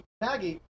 Maggie